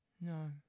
No